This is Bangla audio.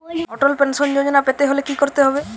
অটল পেনশন যোজনা পেতে হলে কি করতে হবে?